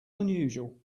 unusual